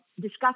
discuss